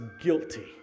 guilty